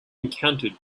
encountered